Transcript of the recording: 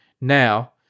Now